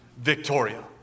Victoria